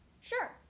Sure